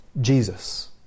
Jesus